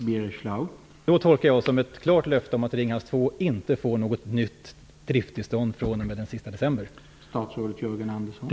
Herr talman! Jag tolkar det som ett klart löfte om att Ringhals 2 inte får något nytt driftstillstånd fr.o.m.